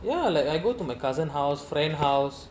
ya like I go to my cousin house friend house